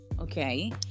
okay